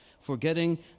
forgetting